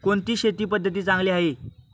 कोणती शेती पद्धती चांगली आहे?